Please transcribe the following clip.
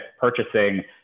purchasing